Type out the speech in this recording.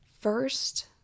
First